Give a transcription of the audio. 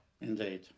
Indeed